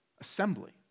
assembly